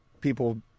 people